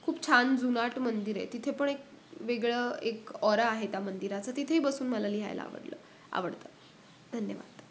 खूप छान जुनाट मंदिर आहे तिथे पण एक वेगळं एक ऑरा आहे त्या मंदिराचं तिथेही बसून मला लिहायला आवडलं आवडतं धन्यवाद